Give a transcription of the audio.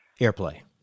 airplay